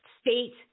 state